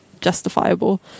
justifiable